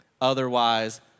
Otherwise